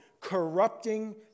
corrupting